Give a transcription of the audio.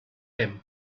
him